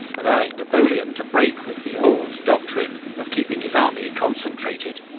allowing napoleon to break with the old doctrine, of keeping his army concentrated,